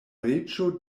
reĝo